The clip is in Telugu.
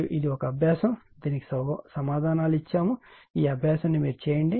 మరియు ఇది ఒక అభ్యాసం దీనికి సమాధానాలు ఇవ్వబడతాయి ఈ అభ్యాసం ని చేయండి